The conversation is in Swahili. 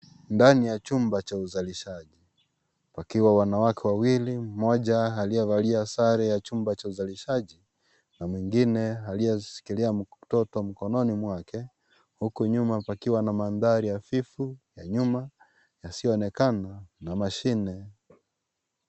Ndani ya chumba cha uzalishaji wakiwa wanawake wawili moja aliyevalia zare ya chumba ya uzalishaji, nawmwingine aliyeshikilia mtoto mkononi mwake, huku nyuma pakiwa na mandhari hafifu ya nyuma yasio onekana na machine .